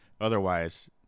Otherwise